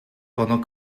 pendant